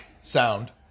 sound